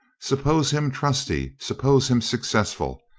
suppose him trusty, suppose him successful,